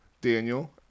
Daniel